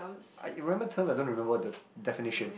I remember terms I don't remember what the definition